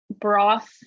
broth